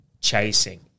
chasing